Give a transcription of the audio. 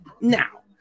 now